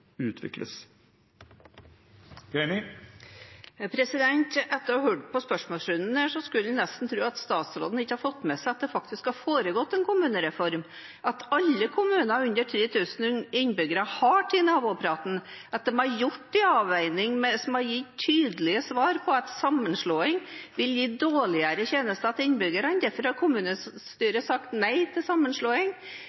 utvikles. Etter å ha hørt på spørsmålsrunden skulle en nesten tro at statsråden ikke har fått med seg at det har foregått en kommunereform, at alle kommuner under 3 000 innbyggere har tatt nabopraten, og at de har gjort de avveiningene som har gitt tydelige svar om at sammenslåing vil gi dårligere tjenester til innbyggerne. Derfor har